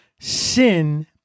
sin